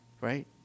right